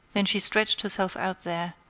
then she stretched herself out there,